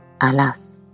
alas